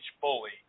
fully